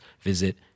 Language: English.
visit